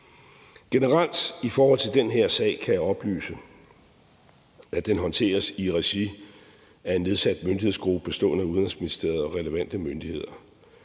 Generelt i forhold til den her sag kan jeg oplyse, at den håndteres i regi af en nedsat myndighedsgruppe bestående af Udenrigsministeriet og relevante myndigheder.